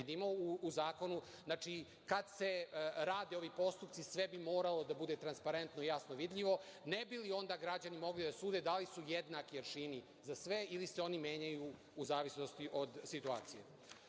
vidimo u zakonu, kada se rade ovi postupci, sve bi moralo da bude transparentno i jasno vidljivo, ne bi li onda građani mogli da sude da li su jednaki aršini za sve ili se oni menjaju u zavisnosti od situacije. Onda